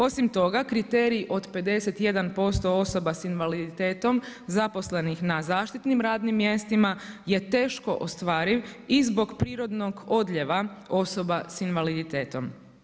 Osim toga, kriteriji od 51% osoba s invaliditetom zaposlenih na zaštitnim radnim mjestima je teško ostvariv i zbog prirodnog odljeva osoba s invaliditetom.